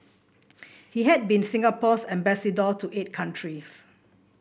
he had been Singapore's ambassador to eight countries